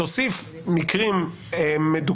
תוסיף מקרים מדוקדקים,